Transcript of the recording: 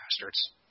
bastards